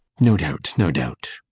no doubt, no doubt.